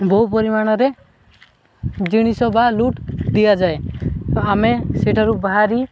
ବହୁ ପରିମାଣରେ ଜିନିଷ ବା ଲୁଟ୍ ଦିଆଯାଏ ଆମେ ସେଠାରୁ ବାହାରି